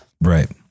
Right